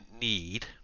need